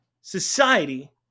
society